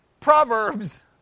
Proverbs